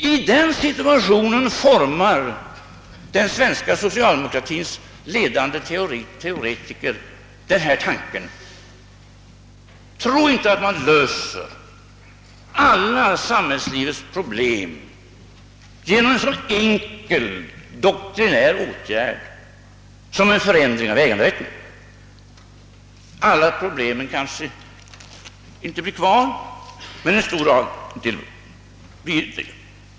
I denna situation formar den svenska socialdemokratins ledande teoretiker denna tanke: Tro inte att man löser alla samhällslivets problem genom en så enkel doktrinär åtgärd som en förändring av äganderätten! Alla problem blir kanske inte kvar, men en stor del blir det.